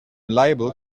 liable